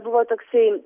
buvo toksai